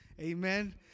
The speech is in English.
amen